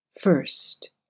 First